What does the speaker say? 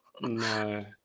No